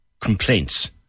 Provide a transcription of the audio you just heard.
complaints